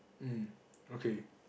hmm okay